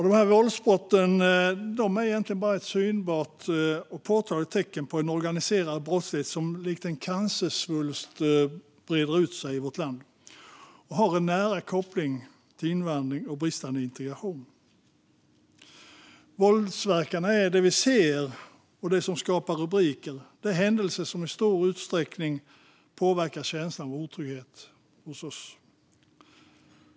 Dessa våldsbrott är egentligen bara ett synbart och påtagligt tecken på en organiserad brottslighet som likt en cancersvulst breder ut sig i vårt land och har nära koppling till invandring och bristande integration. Våldsverkarna är det vi ser och det som skapar rubriker. Det är händelser som i stor utsträckning påverkar känslan av otrygghet hos oss.